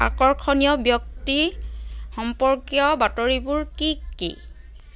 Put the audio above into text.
আকৰ্ষণীয় ব্যক্তি সম্পৰ্কীয় বাতৰিবোৰ কি কি